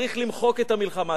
צריך למחוק את המלחמה.